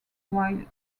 while